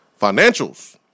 financials